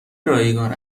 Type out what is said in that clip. رایگان